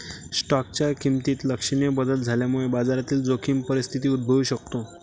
स्टॉकच्या किमतीत लक्षणीय बदल झाल्यामुळे बाजारातील जोखीम परिस्थिती उद्भवू शकते